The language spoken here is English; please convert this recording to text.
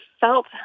felt